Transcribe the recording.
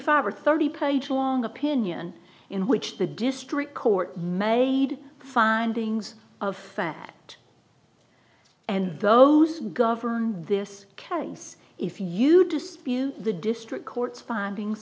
five or thirty page long opinion in which the district court made findings of fact and those who govern this case if you dispute the district court's findings